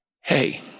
hey